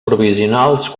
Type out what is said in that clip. provisionals